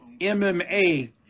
MMA